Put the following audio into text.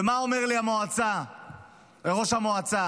ומה אומר לי ראש המועצה?